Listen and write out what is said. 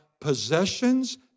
possessions